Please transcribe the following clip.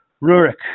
Rurik